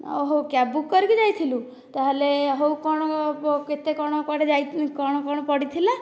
ଓ ଓଃ cab book କରିକି ଯାଇଥିଲୁ ତାହେଲେ ହେଉ କ'ଣ କେତେ କ'ଣ କ'ଣ ପଡ଼ିଥିଲା